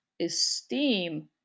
esteem